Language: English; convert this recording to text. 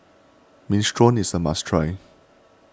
Minestrone is a must try